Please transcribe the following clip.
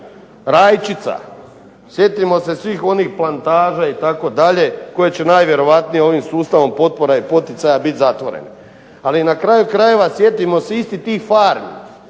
Rajčica, sjetimo se svih onih plantaža itd., koje će najvjerojatnije ovim sustavom potpora i poticaja biti zatvorene. Ali, na kraju krajeve sjetimo se istih tih farmi